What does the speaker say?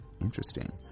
interesting